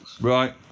Right